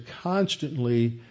constantly